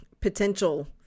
potential